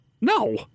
No